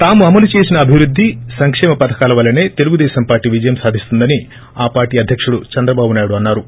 తాము అమలు చేసిన అభివృద్ది సంక్షేమం పధకాల వల్లనే తెలుగుదేశం పార్టీ విజయం సాధిస్తుందని ఆ పార్లీ అధ్యకుడు చంద్రబాబు నాయుడు అన్నారు